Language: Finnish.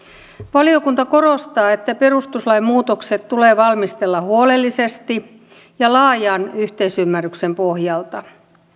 valiokunta korostaa että perustuslain muutokset tulee valmistella huolellisesti ja laajan yhteisymmärryksen pohjalta